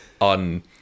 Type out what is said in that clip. on